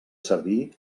servir